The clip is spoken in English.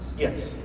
yes.